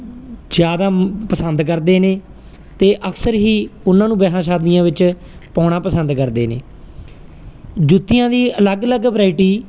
ਜਿਆਦਾ ਪਸੰਦ ਕਰਦੇ ਨੇ ਤੇ ਅਕਸਰ ਹੀ ਉਹਨਾਂ ਨੂੰ ਵਿਆਹਾਂ ਸ਼ਾਦੀਆਂ ਵਿੱਚ ਪਾਉਣਾ ਪਸੰਦ ਕਰਦੇ ਨੇ ਜੁੱਤੀਆਂ ਦੀ ਅਲੱਗ ਅਲੱਗ ਵਰਾਈਟੀ